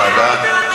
להעביר לוועדה?